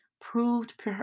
proved